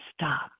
stop